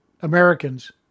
Americans